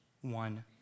one